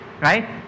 Right